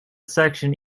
section